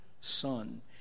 son